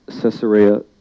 Caesarea